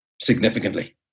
significantly